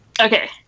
Okay